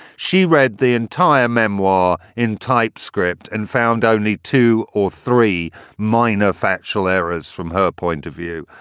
she read the entire memoir in typescript and found only two or three minor factual errors from her point of view.